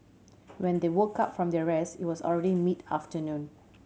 when they woke up from their rest it was already mid afternoon